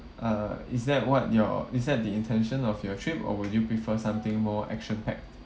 uh is that what you're is that the intention of your trip or would you prefer something more action packed